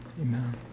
Amen